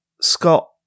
Scott